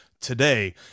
today